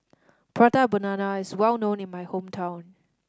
Prata Banana is well known in my hometown